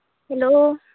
hello